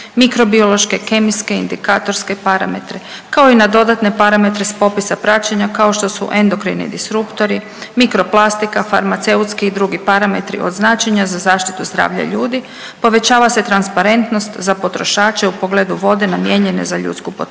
mikrobiološke, kemijske, indikatorske parametre, kao i na dodatne parametre s popisa praćenja kao što su endokrini disruptori, mikroplastika, farmaceutski i drugi parametri od značenja za zaštitu zdravlja ljudi, povećava se transparentnost za potrošače u pogledu vode namijenjene za ljudsku potrošnju